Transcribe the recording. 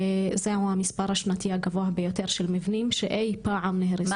זהו המספר השנתי הגבוה ביותר של מבנים שאי פעם נהרסו.